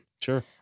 Sure